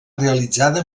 realitzada